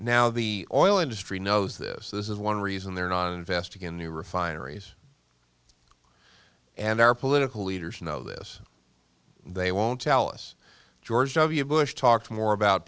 now the oil industry knows this this is one reason they're not investing in new refineries and our political leaders know this they won't tellus george w bush talks more about